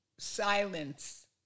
silence